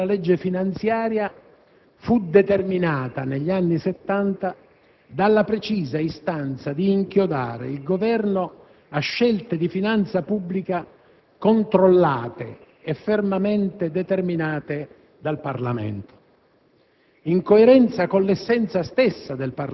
discutibile introduzione della legge finanziaria fu determinata, negli anni Settanta, dalla precisa istanza di inchiodare il Governo a scelte di finanza pubblica controllate e fermamente determinate dal Parlamento,